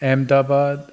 Ahmedabad